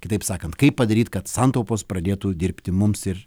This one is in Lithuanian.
kitaip sakant kaip padaryt kad santaupos pradėtų dirbti mums ir